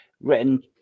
written